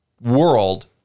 world